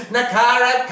Nakara